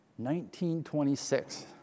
1926